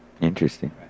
Interesting